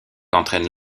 entraînent